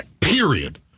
Period